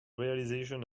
realization